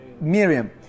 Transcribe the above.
Miriam